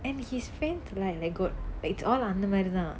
and he's friend like like got like it's all அந்த மாறி தான்:antha maari thaan